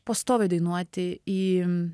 pastoviai dainuoti į